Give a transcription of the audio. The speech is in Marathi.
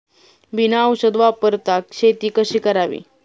बिना औषध वापरता शेती कशी करावी?